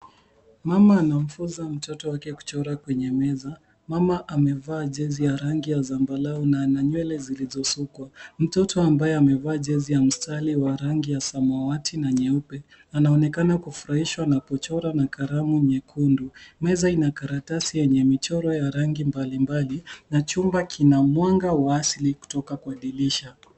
Mama anamfunza mtoto wake kuchora kwenye meza. Mama amevaa jezi ya rangi ya zambarau na ana nywele zilizosukwa. Mtoto ambaye amevaa jezi ya mstari wa rangi ya samawati na nyeupe, anaonekana kufurahishwa na kuchora na kalamu nyekundu. Meza ina karatasi yenye michoro ya rangi mbalimbali na chumba kina mwanga wa asili kutoka kwa dirisha.